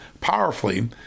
powerfully